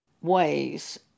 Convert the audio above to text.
ways